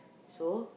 so